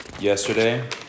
yesterday